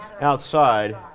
outside